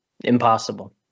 Impossible